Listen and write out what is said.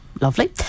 Lovely